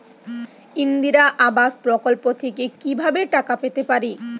ইন্দিরা আবাস প্রকল্প থেকে কি ভাবে টাকা পেতে পারি?